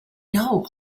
know